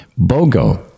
bogo